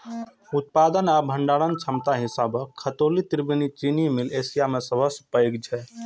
उत्पादन आ भंडारण क्षमताक हिसाबें खतौली त्रिवेणी चीनी मिल एशिया मे सबसं पैघ छै